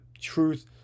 truth